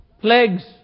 plagues